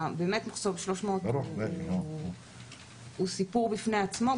מחסום 300 הוא באמת סיפור בפני עצמו,